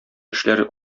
эшләр